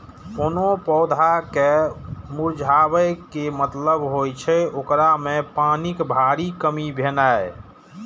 कोनो पौधा के मुरझाबै के मतलब होइ छै, ओकरा मे पानिक भारी कमी भेनाइ